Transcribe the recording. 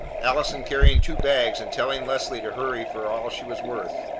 allison carrying two bags and telling leslie to hurry for all she was worth.